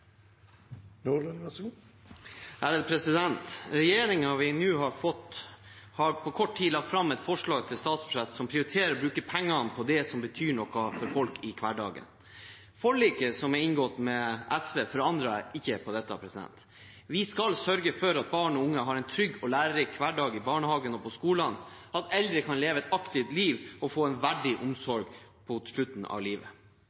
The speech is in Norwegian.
vi nå har fått, har på kort tid lagt fram et forslag til statsbudsjett der man prioriterer å bruke penger på det som betyr noe for folk i hverdagen. Forliket som er inngått med SV, forandrer ikke på det. Vi skal sørge for at barn og unge har en trygg og lærerik hverdag i barnehagen og på skolen, at eldre kan leve et aktivt liv og få en verdig omsorg mot slutten av livet.